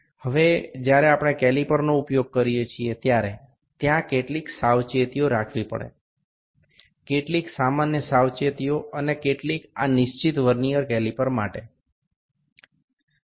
এখন আমরা যখন ক্যালিপার ব্যবহার করি তখন কিছু সাবধানতা অবলম্বন করতে হয় কিছু সাধারণ সতর্কতা এবং কিছু এই ভার্নিয়ার ক্যালিপারের জন্য নির্দিষ্ট সতর্কতা অবলম্বন করতে হয়